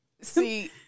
See